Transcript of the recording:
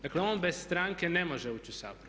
Dakle, on bez stranke ne može ući u Sabor.